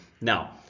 Now